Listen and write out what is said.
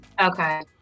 Okay